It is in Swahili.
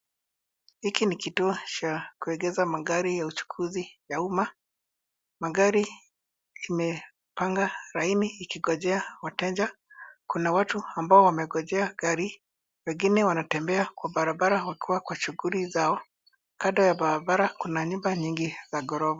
Hiki ni kituo cha kuegesha magari ya uchukuzi ya umma. Magari imepanga line ikingojea wateja. Kuna watu ambao wamengojea gari, wengine wanatembea kwa barabara wakiwa kwa shughuli zao. Kando ya barabara kuna nyumba nyingi za gorofa.